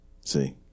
See